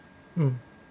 mm